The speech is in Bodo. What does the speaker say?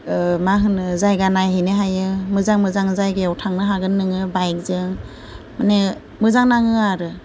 मा होनो जायगा नायहैनो हायो मोजां मोजां जायगायाव थांनो हागोन नोङो बाइकजों माने मोजां नाङो आरो